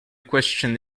question